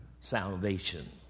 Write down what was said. salvation